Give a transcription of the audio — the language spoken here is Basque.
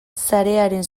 sarearen